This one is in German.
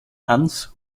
hans